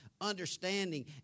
understanding